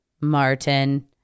Martin